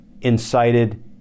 incited